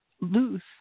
loose